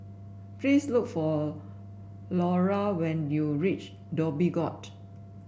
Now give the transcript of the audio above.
please look for Lara when you reach Dhoby Ghaut